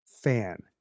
fan